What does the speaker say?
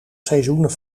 seizoenen